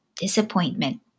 disappointment